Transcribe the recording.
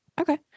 Okay